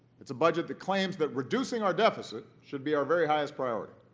it's a budget that claims that reducing our deficit should be our very highest priority,